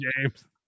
James